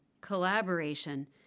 collaboration